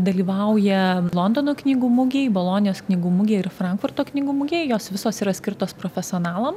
dalyvauja londono knygų mugėj bolonijos knygų mugėj ir frankfurto knygų mugėj jos visos yra skirtos profesionalam